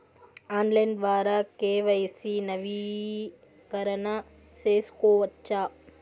Online ద్వారా KYC నవీకరణ సేసుకోవచ్చా?